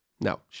No